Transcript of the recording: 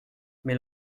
mais